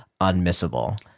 unmissable